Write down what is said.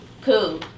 Cool